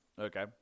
Okay